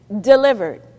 delivered